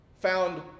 Found